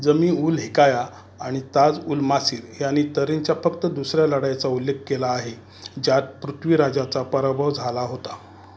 जमी उल हिकाया आणि ताज उल मासिर यांनी तराइनच्या फक्त दुसऱ्या लढाईचा उल्लेख केला आहे ज्यात पृथ्वीराजाचा परभव झाला होता